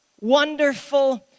wonderful